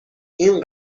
این